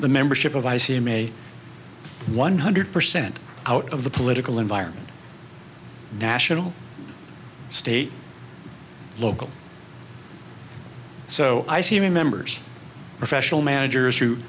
the membership of i c i'm a one hundred percent out of the political environment national state local so i see members professional managers who